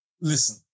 Listen